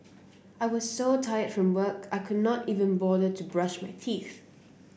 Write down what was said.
I was so tired from work I could not even bother to brush my teeth